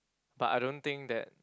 but I don't think that